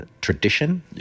tradition